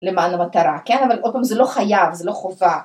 למען המטרה, כן? אבל עוד פעם זה לא חייב, זה לא חובה.